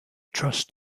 trust